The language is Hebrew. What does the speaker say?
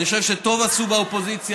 אני חושב שטוב עשו באופוזיציה,